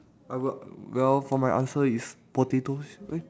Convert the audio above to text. I would well for my answer is potatoes eh